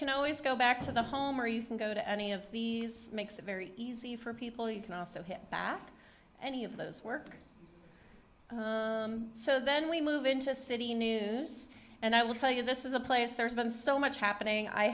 can always go back to the home or you can go to any of these makes it very easy for people you can also hit back any of those work so then we move into city news and i will tell you this is a place there's been so much happening i